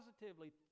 positively